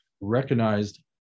recognized